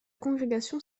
congrégation